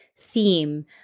theme